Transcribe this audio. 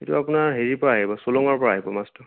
এইটো আপোনাৰ হেৰিৰ পৰা আহিব চুলুঙৰ পৰা আহিব মাছটো